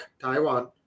Taiwan